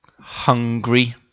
hungry